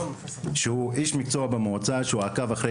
שהוא איש מקצוע במועצה והוא עקב אחרי